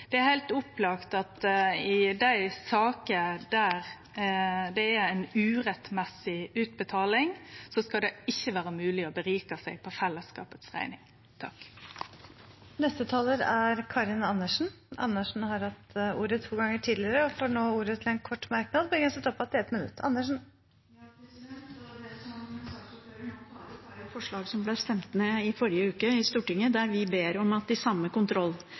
i dei sakene der det er ei urettvis utbetaling, ikkje skal vere mogleg å gjere seg rik på fellesskapet si rekning. Representanten Karin Andersen har hatt ordet to ganger tidligere og får ordet til en kort merknad, begrenset til 1 minutt. Det saksordføreren nå tar opp, er jo forslag som ble stemt ned i Stortinget i forrige uke, der vi ba om at